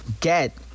Get